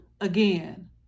again